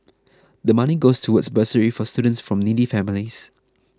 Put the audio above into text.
the money goes towards bursaries for students from needy families